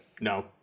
No